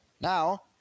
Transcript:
Now